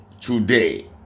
today